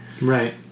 right